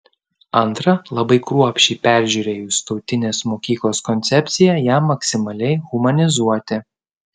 antra labai kruopščiai peržiūrėjus tautinės mokyklos koncepciją ją maksimaliai humanizuoti